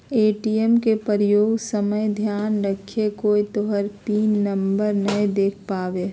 ATM के प्रयोग समय ध्यान रहे कोय तोहर पिन नंबर नै देख पावे